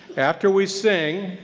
after we sing,